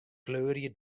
kleurje